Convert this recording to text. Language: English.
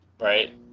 Right